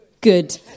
good